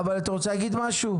אבל אתה רוצה להגיד משהו?